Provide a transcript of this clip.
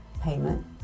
payment